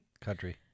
Country